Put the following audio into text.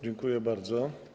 Dziękuję bardzo.